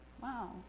Wow